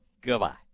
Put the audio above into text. Goodbye